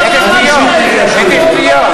שטויות.